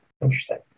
Interesting